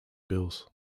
bills